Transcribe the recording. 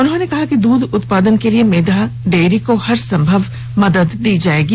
उन्होंने कहा कि दूध उत्पादन के लिए मेधा डेयरी को हर संभव मदद दी जायेगी